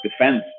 defense